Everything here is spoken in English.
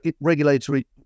regulatory